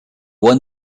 won